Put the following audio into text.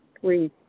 Please